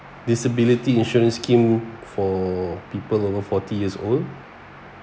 disability insurance scheme for people over forty years old